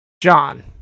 John